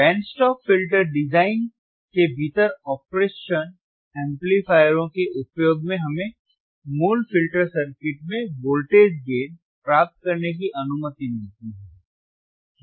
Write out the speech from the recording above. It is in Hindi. बैंड स्टॉप फ़िल्टर डिज़ाइन के भीतर ऑपरेशनल एम्पलीफायरों के उपयोग से हमें मूल फ़िल्टर सर्किट में वोल्टेज गेन प्राप्त करने की अनुमति मिलती है